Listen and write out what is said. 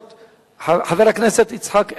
חבר הכנסת יצחק הרצוג,